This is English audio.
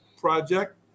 project